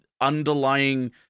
underlying